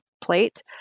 plate